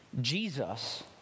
Jesus